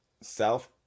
South